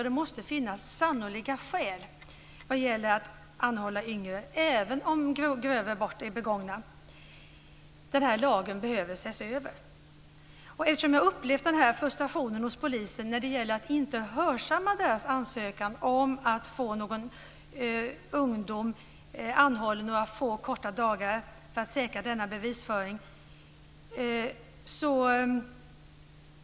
Det måste finnas sannolika skäl för att anhålla yngre, även om grövre brott är begångna. Lagen behöver här ses över. Jag har upplevt polisens frustration över att man inte hörsammar deras begäran om att få en ung person anhållen några få dagar för att den ska kunna säkra bevisföringen.